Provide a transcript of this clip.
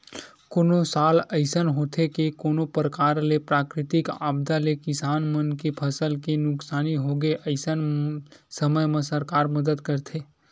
कोनो साल अइसन होथे के कोनो परकार ले प्राकृतिक आपदा ले किसान मन के फसल के नुकसानी होगे अइसन समे म सरकार मदद करथे